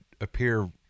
appear